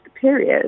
period